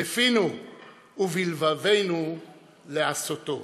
בפינו ובלבבנו לעשותו.